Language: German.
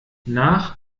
nach